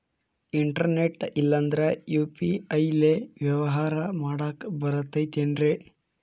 Internet ಇಲ್ಲಂದ್ರ UPI ಲೇ ವ್ಯವಹಾರ ಮಾಡಾಕ ಬರತೈತೇನ್ರೇ?